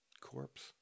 corpse